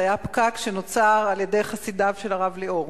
זה היה פקק שנוצר על-ידי חסידיו של הרב ליאור.